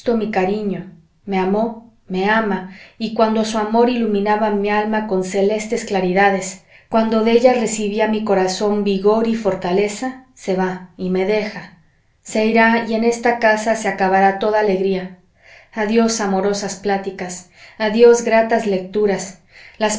mi cariño me amó me ama y cuando su amor iluminaba mi alma con celestes claridades cuando de ella recibía mi corazón vigor y fortaleza se va y me deja se irá y en esta casa se acabará toda alegría adiós amorosas platicas adiós gratas lecturas